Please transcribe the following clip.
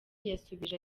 yasubije